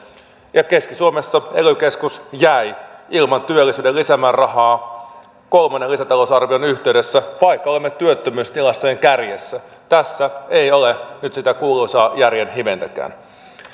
keski suomessa ely keskus jäi ilman työllisyyden lisämäärärahaa kolmannen lisätalousarvion yhteydessä vaikka olemme työttömyystilastojen kärjessä tässä ei ole nyt sitä kuuluisaa järjen hiventäkään